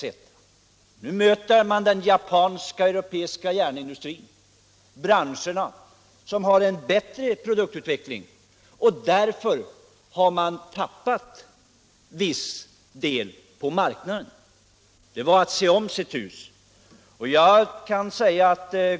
Nu har man mött konkurrens från den japanska och den europeiska järnindustrin — branscher med bättre produktutveckling — och har därför tappat en viss del av sin exportmarknad.